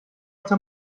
خودم